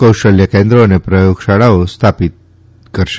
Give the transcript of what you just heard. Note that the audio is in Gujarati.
કૌશલ્ય કેન્દ્રો અને પ્રયોગશાળાઓ સ્થા િત કરી છે